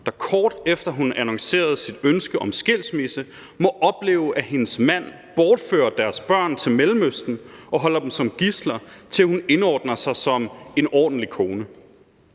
der, kort efter at hun annoncerede sit ønske om skilsmisse, må opleve, at hendes mand bortfører deres børn til Mellemøsten og holder dem som gidsler, til hun indordner sig som en ordentlig kone.